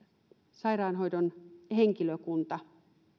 sairaanhoidon henkilökunta